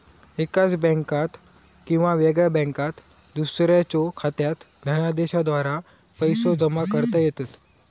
एकाच बँकात किंवा वेगळ्या बँकात दुसऱ्याच्यो खात्यात धनादेशाद्वारा पैसो जमा करता येतत